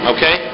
Okay